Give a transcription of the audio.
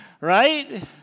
right